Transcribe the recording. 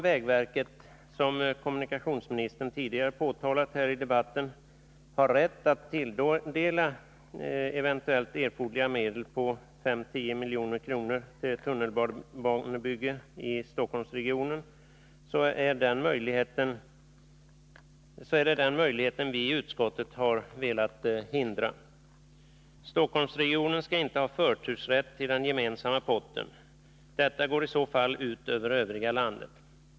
Vägverket har, som kommunikationsministern tidigare påtalat här i debatten, rätt att tilldela tunnelbanebygget i Stockholmsregionen eventuellt erforderliga medel på 5-10 milj.kr. Att så sker har vi i utskottet velat förhindra. Stockholmsregionen skall inte ha förtursrätt till den gemensamma potten — detta går i så fall ut över övriga landet.